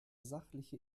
sachliche